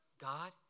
God